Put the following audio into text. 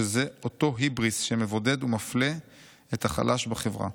שזה אותו היבריס שמבודד ומפלה את החלש בחברה,